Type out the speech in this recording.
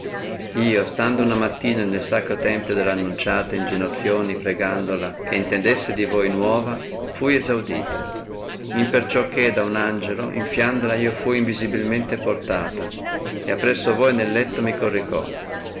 io stando una mattina nel sacro tempio dell annunciata in ginocchioni pregandola che intendesse di voi nuova fui essaudita imperciò che da un angelo in fiandra io fui invisibilmente portata e appresso voi nel letto mi corricò